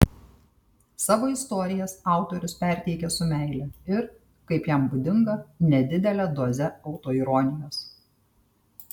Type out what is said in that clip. savo istorijas autorius perteikia su meile ir kaip jam būdinga nedidele doze autoironijos